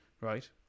right